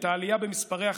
את העלייה במספרי החשיפות,